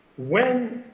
when